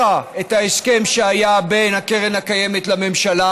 את ההסכם שהיה בין הקרן הקיימת לממשלה